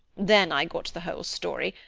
then i got the whole story,